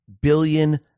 billion